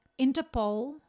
Interpol